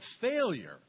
failure